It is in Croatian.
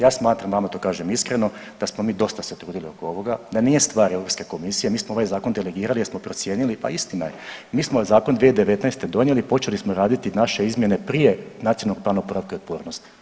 Ja smatram, vama to kažem iskreno da smo mi dosta se trudili oko ovoga, da nije stvar Europske komisije, mi smo ovaj zakon delegirali jer smo procijenili pa istina je mi smo zakon 2019. donijeli, počeli smo raditi naše izmjene prije Nacionalnog plana oporavka i otpornosti.